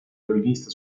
violinista